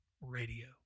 radio